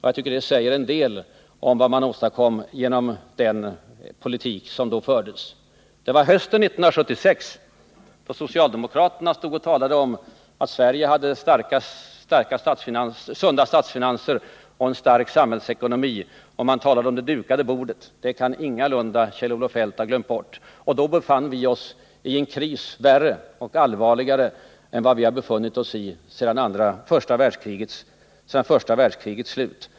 Jag tycker att det säger en del om vad vi åstadkommit genom den politik som då fördes. Det var på hösten 1976, då socialdemokraterna talade om att Sverige hade sunda statsfinanser och en stark samhällsekonomi — och då man talade om det dukade bordet; det kan ingalunda Kjell-Olof Feldt ha glömt bort — som vi befann oss i en kris, allvarligare än någon vi befunnit oss i sedan första världskrigets slut.